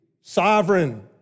sovereign